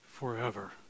forever